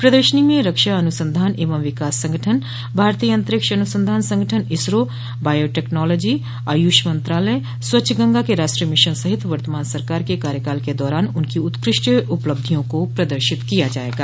प्रदर्शनी में रक्षा अनुसंधान एवं विकास संगठन भारतीय अंतरिक्ष अनुसंधान संगठन इसरो बायो टेक्नोलॉजी आयुष मंत्रालय स्वच्छ गंगा के राष्ट्रीय मिशन सहित वर्तमान सरकार के कार्यकाल के दौरान उनकी उत्कृष्ट उपलब्धियों को प्रदर्शित किया जायेगा